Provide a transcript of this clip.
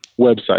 website